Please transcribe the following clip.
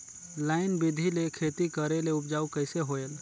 Line बिधी ले खेती करेले उपजाऊ कइसे होयल?